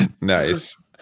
Nice